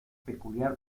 peculiar